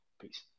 Peace